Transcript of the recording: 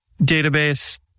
database